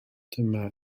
dyma